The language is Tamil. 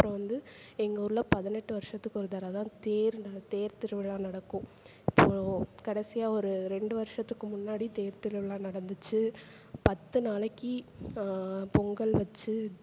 அப்புறம் வந்து எங்கள் ஊரில் பதினெட்டு வருஷத்துக்கு ஒரு தடவை தான் தேர் தேர் திருவிழா நடக்கும் அப்புறம் கடைசியாக ஒரு ரெண்டு வருஷத்துக்கு முன்னாடி தேர் திருவிழா நடந்துச்சு பத்து நாளைக்கு பொங்கல் வச்சு